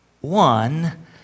one